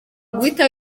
guhita